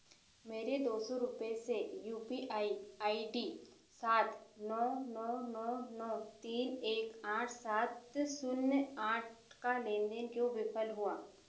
मेरे दो सौ रुपये से U P I I D साठ नौ नौ नौ नौ तीन एक आठ सात शून्य आठ का लेन देन क्यों विफल हुआ